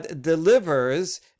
delivers